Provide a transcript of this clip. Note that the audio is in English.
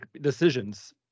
decisions